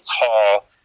tall